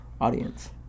audience